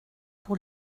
pour